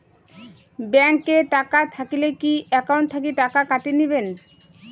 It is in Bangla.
ব্যাংক এ টাকা থাকিলে কি একাউন্ট থাকি টাকা কাটি নিবেন?